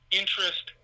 interest